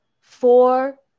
four